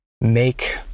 make